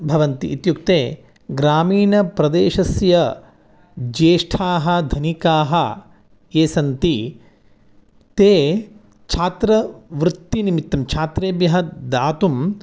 भवन्ति इत्युक्ते ग्रामीणप्रदेशस्य ज्येष्ठाः धनिकाः ये सन्ति ते छात्रवृत्तिनिमित्तं छात्रेभ्यः दातुं